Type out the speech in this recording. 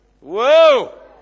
Whoa